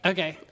Okay